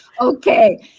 Okay